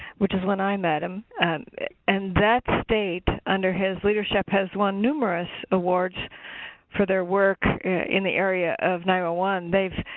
which is when i met him and that state, under his leadership, has won numerous awards for their work in the area of nine hundred